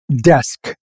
desk